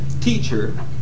teacher